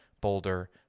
Boulder